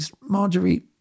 Marjorie